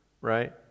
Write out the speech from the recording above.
right